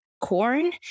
corn